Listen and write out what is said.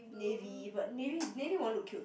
navy but navy navy won't look cute